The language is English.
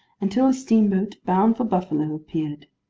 until a steamboat bound for buffalo appeared.